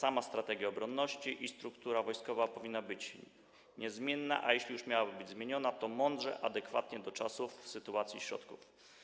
Zarówno strategia obronności, jak i struktura wojskowa powinny być niezmienne, a jeśli już miałyby być zmienione, to mądrze, adekwatnie do czasów, sytuacji, środków.